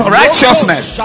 righteousness